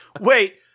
Wait